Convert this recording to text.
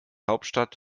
hauptstadt